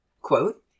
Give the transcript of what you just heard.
Quote